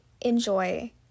enjoy